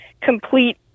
complete